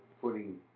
putting